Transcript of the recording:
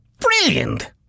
Brilliant